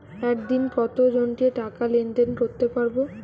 একদিন কত জনকে টাকা লেনদেন করতে পারবো?